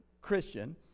Christian